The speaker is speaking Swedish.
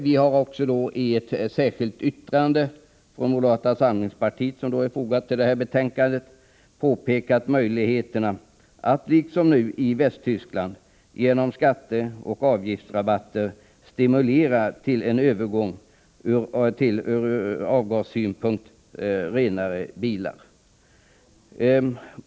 Vi har också, i ett särskilt yttrande som är fogat till betänkandet, påpekat möjligheterna att, liksom nu i Västtyskland, genom skatteoch avgiftsrabatter stimulera till en övergång till ur avgassynpunkt renare bilar.